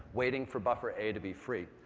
waiting for buffer a to be free.